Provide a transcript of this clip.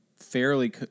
fairly